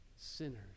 Sinners